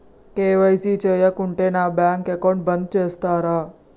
KYC చేయకుంటే నా bank account బంద్ చేస్తరా?